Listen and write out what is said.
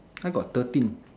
why got thirteen